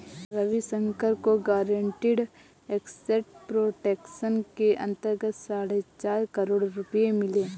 रविशंकर को guaranteed asset protection के अंतर्गत साढ़े चार करोड़ रुपये मिले